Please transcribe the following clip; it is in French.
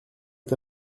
est